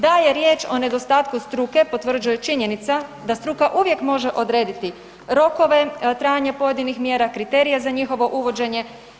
Da je riječ o nedostatku struke potvrđuje činjenica da struka uvijek može odrediti rokove trajanja pojedinih mjera, kriterije za njihovo uvođenje.